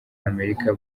amerika